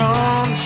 on